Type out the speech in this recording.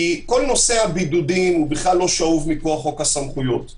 כי כל נושא הבידודים הוא בכלל לא שאוב מכוח חוק הסמכויות,